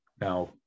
now